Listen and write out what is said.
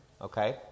okay